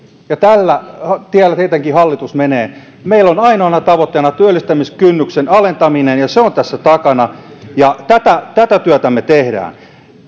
tällä tiellä tietenkin hallitus menee meillä on ainoana tavoitteena työllistämiskynnyksen alentaminen ja se on tässä takana ja tätä tätä työtä me teemme